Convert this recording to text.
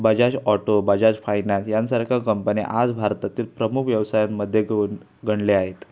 Bajaj auto Bajaj finance यांसारख्या company आज भारतातील प्रमुख व्यवसायांमध्ये गुन गणले आहेत